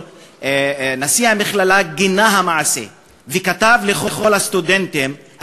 נשיא המכללה גינה את המעשה וכתב לכל הסטודנטים: